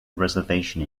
reservation